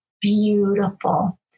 beautiful